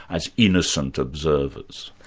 as innocent observers?